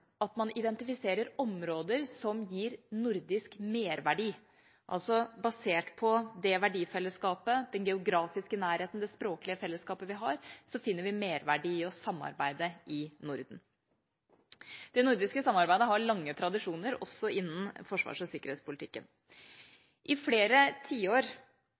at man identifiserer områder som gir nordisk merverdi. Basert på det verdifellesskapet, den geografiske nærheten og det språklige fellesskapet vi har, finner vi merverdi og samarbeid i Norden. Det nordiske samarbeidet har lange tradisjoner, også innen forsvars- og sikkerhetspolitikken. I flere tiår